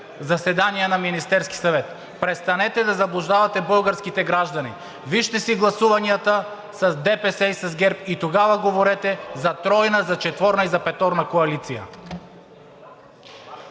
заседание на Министерския съвет. Престанете да заблуждавате българските граждани! Вижте си гласуванията с ДПС и с ГЕРБ и тогава говорете за тройна, за четворна и за петорна коалиция.